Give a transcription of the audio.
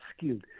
skilled